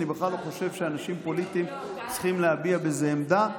אני בכלל לא חושב שאנשים פוליטיים צריכים להביע בזה עמדה.